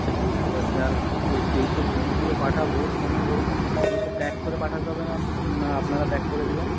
আচ্ছা বুঝতে পারছি আর ঐ যেই সব জিনিসগুলো পাঠাবো কোনো ধরুন পুরো সব প্যাক করে পাঠাতে হবে না না আপনারা প্যাক করে দেবেন